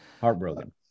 Heartbroken